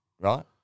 Right